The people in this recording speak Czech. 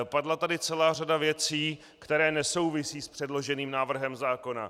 Padla tady celá řada věcí, které nesouvisí s předloženým návrhem zákona.